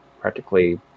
practically